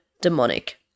demonic